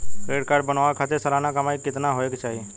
Credit card बनवावे खातिर सालाना कमाई कितना होए के चाही?